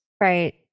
Right